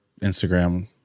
Instagram